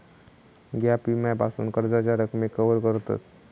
gap विम्यासून कर्जाच्या रकमेक कवर करतत